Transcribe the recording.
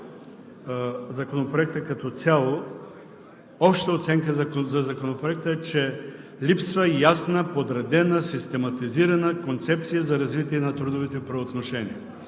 Законопроекта, като цяло общата оценка е, че липсва ясна, подредена, систематизирана концепция за развитие на трудовите правоотношения.